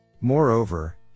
Moreover